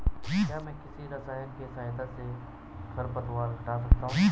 क्या मैं किसी रसायन के सहायता से खरपतवार हटा सकता हूँ?